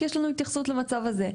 יש לנו התייחסות למצב הזה.